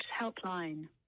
helpline